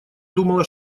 думала